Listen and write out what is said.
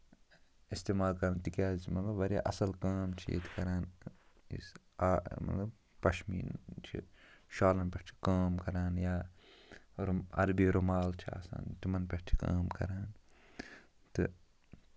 استعمال کرنہٕ تِکیازِ واریاہ اَصٕل کٲم چھِ ییٚتہِ کران یُس آ مطلب پَشمیٖن چھِ شالَن پٮ۪ٹھ چھِ کٲم کران یا عربی رُمال چھےٚ آسان تِمَن پٮ۪ٹھ چھِ کٲم کران تہٕ